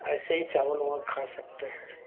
इसे ही चावल उबल खा सकते हैं